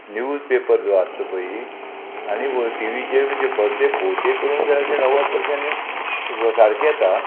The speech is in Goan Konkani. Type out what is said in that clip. न्यूज पेपर जो आसता पळय आनी टी व्हीचेर तें भोवते करून सार सर णवद परशन सारकें येता